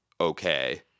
okay